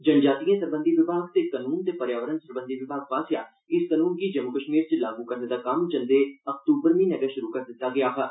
जनजातीयें सरबंधी विभाग ते कानून ते पर्यावरण सरबंधी विभाग पास्सेआ इस कानून गी जम्मू कश्मीर च लागू करने दा कम्म जंदे अक्तूबर म्हीने गै श्रु करी दित्ता गेआ हा